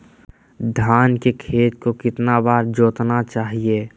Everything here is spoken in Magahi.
धान के खेत को कितना बार जोतना चाहिए?